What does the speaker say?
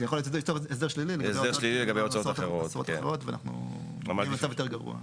הסדר שלילי לגבי להוצאות אחרות ואנחנו נהיה במצב יותר גרוע.